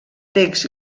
text